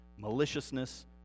maliciousness